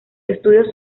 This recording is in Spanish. estudios